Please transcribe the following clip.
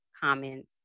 comments